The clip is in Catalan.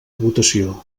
votació